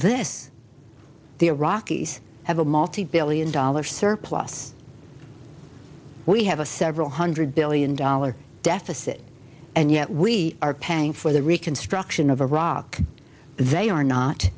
of this the iraqis have a multi billion dollar surplus we have a several hundred billion dollars deficit and yet we are paying for the reconstruction of iraq they are not